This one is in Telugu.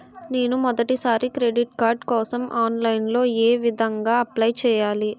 నేను మొదటిసారి క్రెడిట్ కార్డ్ కోసం ఆన్లైన్ లో ఏ విధంగా అప్లై చేయాలి?